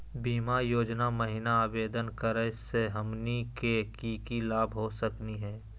बीमा योजना महिना आवेदन करै स हमनी के की की लाभ हो सकनी हे?